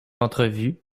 entrevue